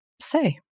say